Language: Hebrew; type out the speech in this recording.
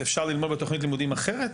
אפשר ללמוד בתוכנית לימודים אחרת?